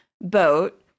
boat